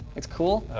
it's cool.